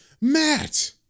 Matt